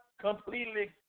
completely